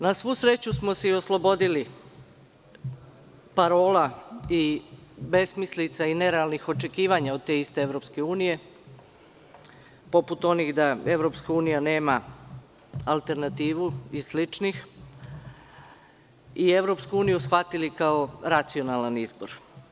Na svu sreću smo se i oslobodili parola i besmislica i nerealnih očekivanja od te iste EU, poput onih da EU nema alternativu i sličnih i EU shvatili kao racionalan izbor.